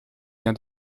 bien